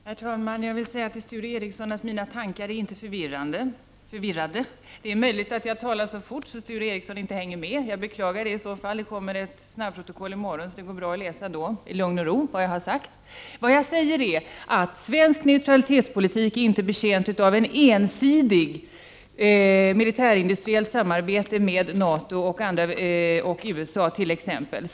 Herr talman! Jag vill till Sture Ericson säga att mina tankar är inte förvirrade. Det är möjligt att jag talar så fort att Sture Ericson inte hänger med. Jag beklagar, men det kommer ett snabbprotokoll i morgon där det går att läsa i lugn och ro vad jag har sagt. Vad jag säger är att svensk neutralitetspolitik inte är betjänt av ett ensidigt militärindustriellt samarbete med NATO och t.ex. USA.